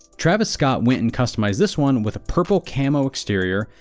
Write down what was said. travis scott went and customized this one with purple camo exterior,